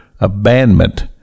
abandonment